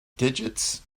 digits